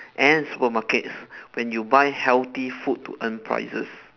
and supermarkets when you buy healthy food to earn prizes